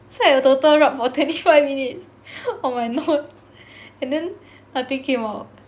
so I total rub for twenty five minutes on my nose and then nothing came out